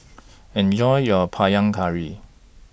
Enjoy your Panang Curry